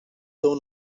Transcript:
teu